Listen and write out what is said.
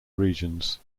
regions